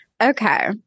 okay